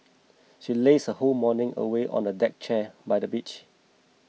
she lazed her whole morning away on a deck chair by the beach